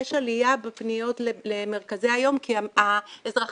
יש עלייה בפניות למרכזי היום כי האזרחים